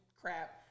crap